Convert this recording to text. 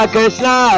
Krishna